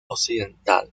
occidental